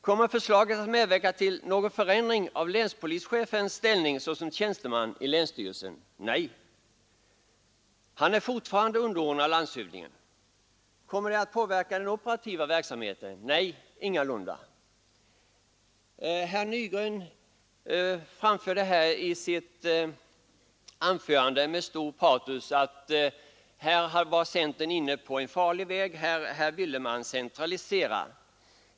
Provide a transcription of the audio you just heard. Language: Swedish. Kommer förslaget att medverka till någon förändring av länspolischefens ställning såsom tjänsteman i länsstyrelsen? Nej, han är fortfarande underordnad landshövdingen. Kommer det att påverka den operativa verksamheten? Nej, ingalunda. Herr Nygren sade i sitt anförande med stort patos att här var centern inne på en farlig väg, här ville man centralisera.